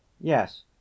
Yes